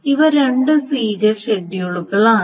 ഇവ രണ്ട് സീരിയൽ ഷെഡ്യൂളുകളാണ്